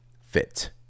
fit